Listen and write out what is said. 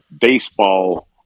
baseball